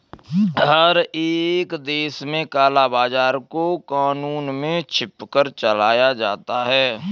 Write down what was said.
हर एक देश में काला बाजार को कानून से छुपकर चलाया जाता है